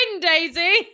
Daisy